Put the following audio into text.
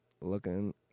looking